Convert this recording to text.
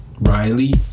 Riley